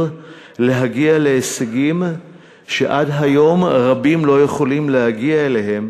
להגיע להישגים שעד היום רבים לא יכולים להגיע אליהם